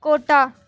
Kota